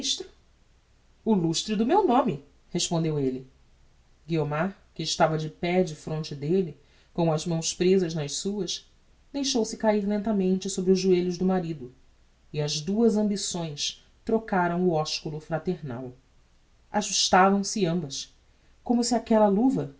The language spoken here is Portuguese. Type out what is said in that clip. ministro o lustre do meu nome respondeu elle guiomar que estava de pé defronte delle com as mãos prezas nas suas deixou-se cair lentamente sobre os joelhos do marido e as duas ambições trocaram o osculo fraternal ajustavam se ambas como se aquella luva